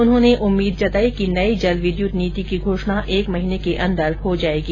उन्होंने उम्मीद जतायी कि नयी जलविद्युत नीति की घोषणा एक महीने के अंदर हो जाएगी